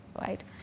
right